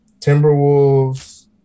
Timberwolves